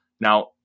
Now